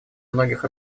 многих